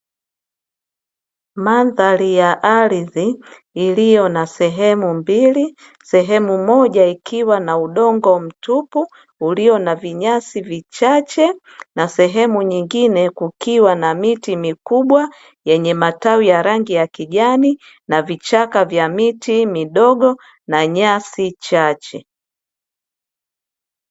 Mandhari ya ardhi iliyo na sehemu mbili; sehemu moja ikiwa na udongo mtupu ulio na vinyasi vichache, na sehemu nyingine kukiwa na miti mikubwa yenye matawi ya rangi ya kijani na vichaka vya miti midogo na nyasi chache.